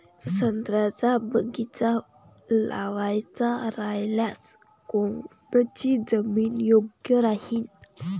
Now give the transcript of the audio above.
संत्र्याचा बगीचा लावायचा रायल्यास कोनची जमीन योग्य राहीन?